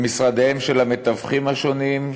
במשרדיהם של המתווכים השונים,